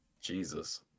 Jesus